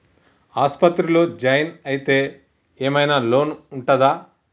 ఆస్పత్రి లో జాయిన్ అయితే ఏం ఐనా లోన్ ఉంటదా?